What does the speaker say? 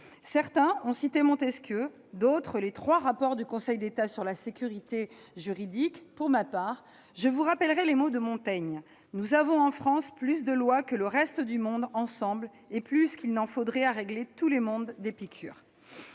Certains ont cité Montesquieu, d'autres les trois rapports du Conseil d'État sur la sécurité juridique. Pour ma part, je vous rappellerai les mots de Montaigne :« Nous avons en France plus de lois que le reste du monde ensemble et plus qu'il n'en faudrait à régler tous les mondes d'Épicure